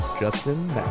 Justin